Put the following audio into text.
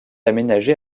aménagé